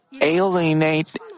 alienate